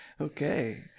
Okay